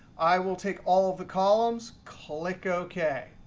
i will take all the columns. click ok.